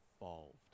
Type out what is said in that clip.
involved